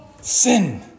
Sin